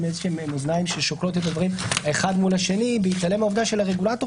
מאזניים ששוקלות את הדברים אחד מול האחר בהתעלם מהעובדה שבסוף לרגולטור